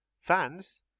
Fans